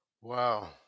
wow